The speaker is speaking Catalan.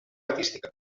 artística